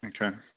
Okay